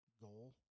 goal